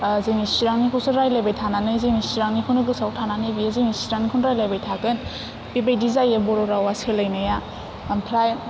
जोंनि चिरांनिखौनो रायलायबाय थानानै जोंनि चिरांनिखौनो गोसोयाव थानानै जोंनि सिरांनिखौनो रायलायबाय थागोन बेबायदि जायो बर' रावा सोलायनाया ओमफ्राय